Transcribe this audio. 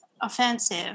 offensive